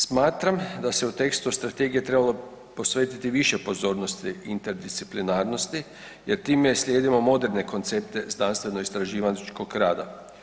Smatram da se u tekstu strategije trebalo posvetiti više pozornosti interdisciplinarnosti jer time slijedimo moderne koncepte znanstveno-istraživačkog rada.